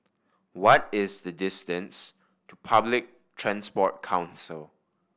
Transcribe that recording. what is the distance to Public Transport Council